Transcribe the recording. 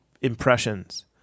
impressions